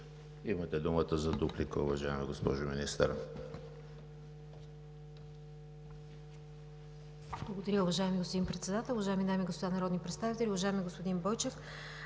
Имате думата за дуплика, уважаема госпожо Министър.